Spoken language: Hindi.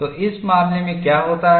तो इस मामले में क्या होता है